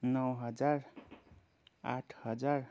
नौ हजार आठ हजार